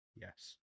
Yes